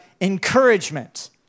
encouragement